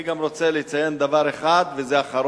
אני גם רוצה לציין דבר אחד אחרון,